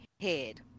head